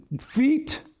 feet